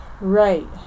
Right